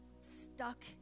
Stuck